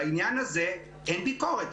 בעניין הזה אין ביקורת,